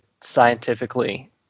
scientifically